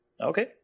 Okay